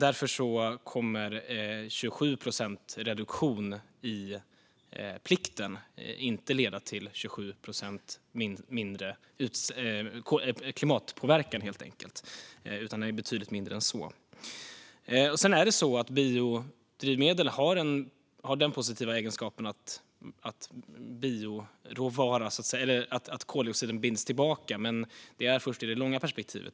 Därför kommer reduktionsplikten på 27 procent inte att leda till 27 procent mindre klimatpåverkan utan betydligt mindre än så. Biodrivmedel har den positiva egenskapen att koldioxiden så att säga binds tillbaka. Men det är först i det långa perspektivet.